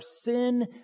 sin